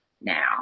now